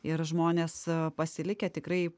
ir žmonės pasilikę tikrai